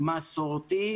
מסורתי,